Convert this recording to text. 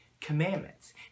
commandments